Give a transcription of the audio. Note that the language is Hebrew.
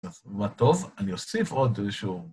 מה טוב, אני אוסיף עוד איזשהו...